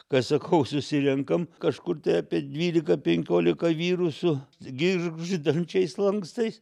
kai aš sakau susirenkam kažkur tai apie dvylika penkiolika vyrų su girgždančiais lankstais